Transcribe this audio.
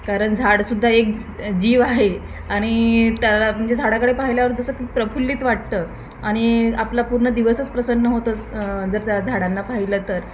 कारण झाडसुद्धा एक जीव आहे आणि त्याला म्हणजे झाडाकडे पाहिल्यावर जसं प्रफुल्लित वाटतं आणि आपला पूर्ण दिवसच प्रसन्न होतं जर त्या झाडांना पाहिलं तर